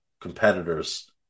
competitors